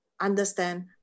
understand